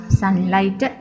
sunlight